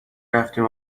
رفتیم